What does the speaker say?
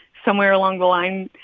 somewhere along the line,